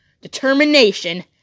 determination